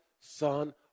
Son